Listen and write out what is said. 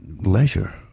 leisure